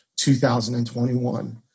2021